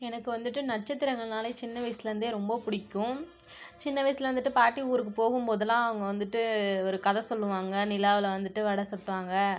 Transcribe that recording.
எனக்கு வந்துட்டு நட்சத்திரங்கள்னாலே சின்ன வயசிலருந்தே ரொம்ப பிடிக்கும் சின்ன வயசில் வந்துட்டு பாட்டி ஊருக்கு போகும் போதுலாம் அவங்க வந்துட்டு ஒரு கதை சொல்லுவாங்கள் நிலாவில் வந்துட்டு வடை சுட்டாங்கள்